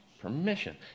permission